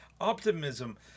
optimism